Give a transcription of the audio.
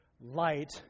light